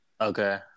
okay